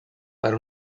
per